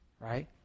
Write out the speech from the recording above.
Right